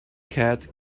cat